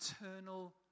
eternal